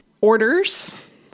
orders